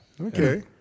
Okay